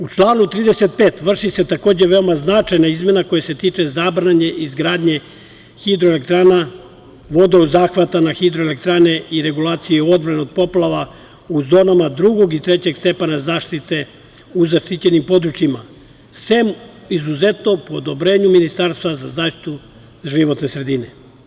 U članu 35. vrši se, takođe, veoma značajna izmena koja se tiče zabrane izgradnje hidroelektrana, vodozahvata na hidroelektrane i regulacije odbrane od poplava u zonama drugog i trećeg stepena zaštite u zaštićenim područjima, sem izuzetno po odobrenju Ministarstva za zaštitu životne sredine.